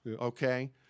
okay